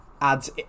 adds